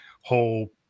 whole